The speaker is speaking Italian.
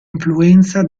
influenza